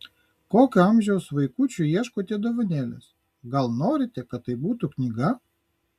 kokio amžiaus vaikučiui ieškote dovanėlės gal norite kad tai būtų knyga